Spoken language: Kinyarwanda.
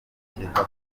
bakeka